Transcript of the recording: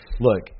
Look